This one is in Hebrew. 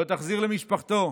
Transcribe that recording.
לא תחזיר למשפחתו,